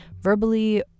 verbally